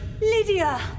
Lydia